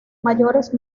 mayores